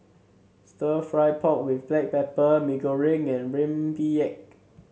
stir fry pork with Black Pepper Mee Goreng and rempeyek